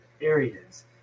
areas